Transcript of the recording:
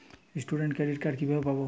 Student credit card কিভাবে পাব?